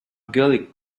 gully